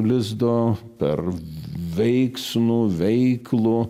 lizdo per veiksnų veiklų